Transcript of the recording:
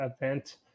event